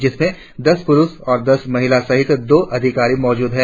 जिसमें दस पुरुष और दस महिला सहित दो अधिकारी मौजूद है